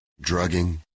drugging